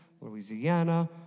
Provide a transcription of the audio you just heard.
Louisiana